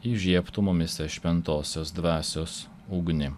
įžiebtų mumyse šventosios dvasios ugnį